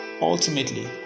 Ultimately